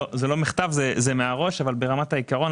בעיקרון,